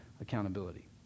accountability